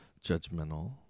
judgmental